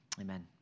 Amen